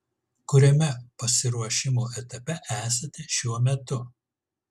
kuriame pasiruošimo etape esate šiuo metu